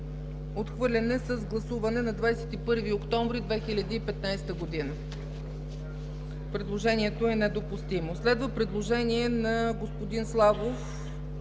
Отхвърлен е с гласуване на 21 октомври 2015 г. Предложението е недопустимо. Следва предложение на господин Славов